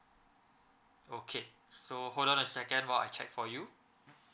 okay so hold on a second while I check for you